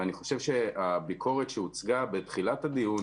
אני חושב שהביקורת שהוצגה בתחילת הדיון